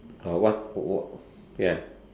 orh what wh~ ya